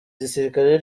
gisirikare